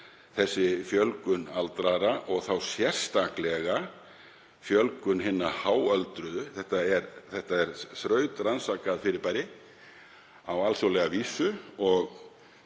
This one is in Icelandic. þessara fræða og þá sérstaklega fjölgun hinna háöldruðu. Þetta er þrautrannsakað fyrirbæri á alþjóðlega vísu og